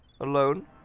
alone